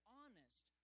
honest